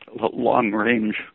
long-range